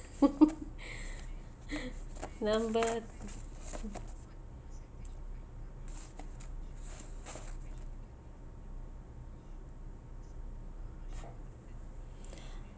number